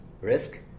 risk